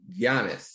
Giannis